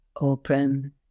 open